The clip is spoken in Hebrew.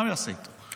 מה הוא יעשה איתו?